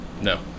No